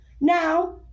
Now